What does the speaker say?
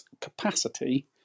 capacity